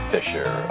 Fisher